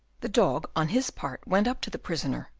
the dog, on his part, went up to the prisoner,